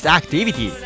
activity